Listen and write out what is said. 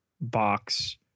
box